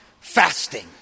fasting